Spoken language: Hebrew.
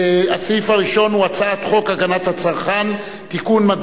הוא הצעת חוק הגנת הצרכן (תיקון,